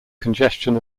congestion